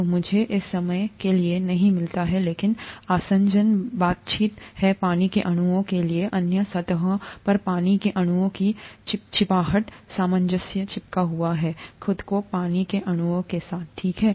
तो मुझे इस समय के लिए नहीं मिलता है लेकिन आसंजन बातचीत है पानी के अणुओं के लिए अन्य सतहों पर पानी के अणुओं की चिपचिपाहट सामंजस्य चिपका हुआ है खुद को पानी के अणुओं के साथ ठीक है